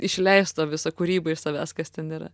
išleist tą visą kūrybą iš savęs kas ten yra